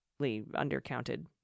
undercounted